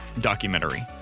documentary